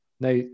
Now